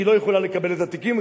היא לא יכולה לקבל את התיקים,